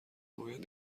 باید